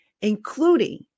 including